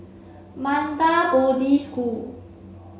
Bodhi School